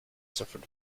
suffered